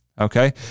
okay